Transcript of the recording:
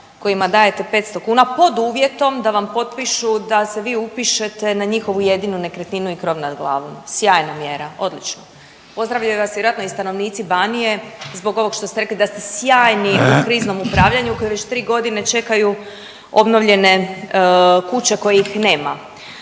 kojima dajete petsto kuna pod uvjetom da vam potpišu da se vi upišete na njihovu jedinu nekretninu i krov nad glavom. Sjajna mjera, odlična! Pozdravljaju vas vjerojatno i stanovnici Banije zbog ovog što ste rekli da ste sjajni u kriznom upravljanju koji već tri godine čekaju obnovljene kuće kojih nema.